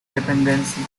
dependencia